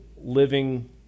living